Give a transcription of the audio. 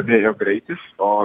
vėjo greitis o